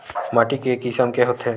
माटी के किसम के होथे?